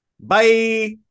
Bye